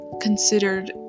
considered